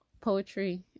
poetry